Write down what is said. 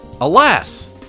Alas